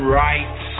right